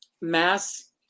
mass